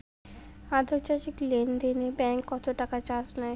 আন্তর্জাতিক লেনদেনে ব্যাংক কত টাকা চার্জ নেয়?